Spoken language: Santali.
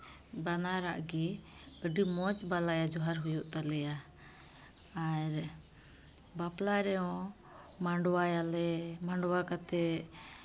ᱵᱟᱱᱟᱨᱟᱜ ᱜᱮ ᱟᱹᱰᱤ ᱢᱚᱡᱽ ᱵᱟᱞᱟᱭᱟ ᱡᱚᱦᱟᱨ ᱦᱩᱭᱩᱜ ᱛᱟᱞᱮᱭᱟ ᱟᱨ ᱵᱟᱯᱞᱟ ᱨᱮᱦᱚᱸ ᱢᱟᱰᱣᱟᱭᱟᱞᱮ ᱢᱟᱰᱣᱟ ᱠᱟᱛᱮᱫ